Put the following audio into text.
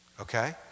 Okay